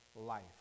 life